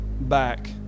back